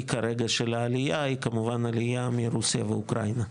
כרגע של העלייה היא כמובן עלייה מרוסיה ואוקראינה.